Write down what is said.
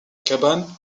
cabane